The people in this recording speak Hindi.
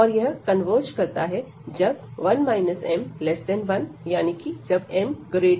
और यह कन्वर्ज करता है जब 1 m1 यानी कि जब m0